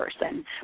person